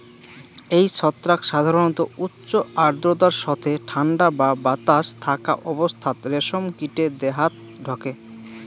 এই ছত্রাক সাধারণত উচ্চ আর্দ্রতার সথে ঠান্ডা বা বাতাস থাকা অবস্থাত রেশম কীটে দেহাত ঢকে